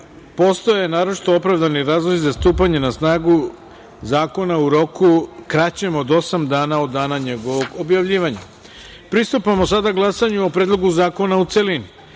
postoje naročito opravdani razlozi za stupanje na snagu zakona u roku kraćem od osam dana od dana njegovog objavljivanja. Pristupamo sada glasanju o Predlogu zakona, u